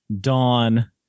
Dawn